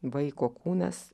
vaiko kūnas